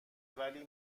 ولی